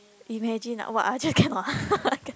imagine ah !wah! I just cannot ah I cannot